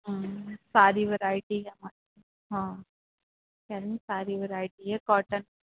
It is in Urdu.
ساری ورائٹی ہے ہم ہاں کیا ساری ورائٹی ہے کاٹن